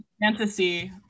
fantasy